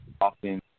often